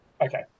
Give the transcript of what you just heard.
Okay